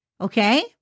okay